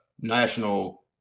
national